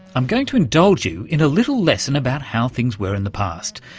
i'm going to indulge you in a little lesson about how things were in the past.